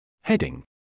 Heading